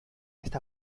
esta